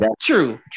true